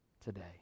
today